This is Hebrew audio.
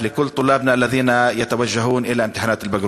ברכות והצלחה לכל תלמידינו הניגשים אל בחינות הבגרות.